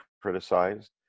criticized